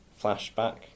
flashback